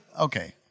Okay